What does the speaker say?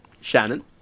Shannon